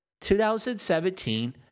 2017